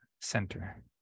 center